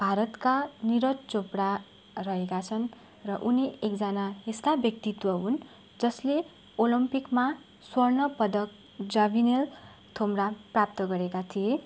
भारतका निरज चोपडा रहेका छन् र उनी एकजना यस्ता व्यक्तित्व हुन् जसले ओलम्पिकमा स्वर्ण पदक जाबलिन थ्रोमा प्राप्त गरेका थिए